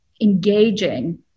engaging